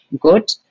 good